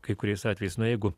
kai kuriais atvejais nu jeigu